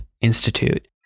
Institute